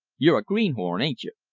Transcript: you're a greenhorn, ain't you?